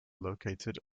located